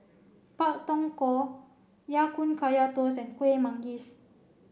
Pak Thong Ko Ya Kun Kaya Toast and Kueh Manggis